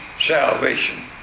salvation